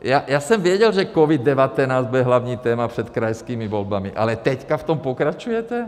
Já jsem věděl, že COVID19 bude hlavní téma před krajskými volbami, ale teďka v tom pokračujete?